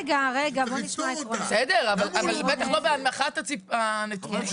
רגע, רגע, בואו נשמע את רונן.